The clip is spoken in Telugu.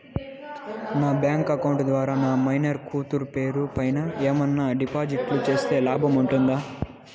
నా బ్యాంకు అకౌంట్ ద్వారా నా మైనర్ కూతురు పేరు పైన ఏమన్నా డిపాజిట్లు సేస్తే లాభం ఉంటుందా?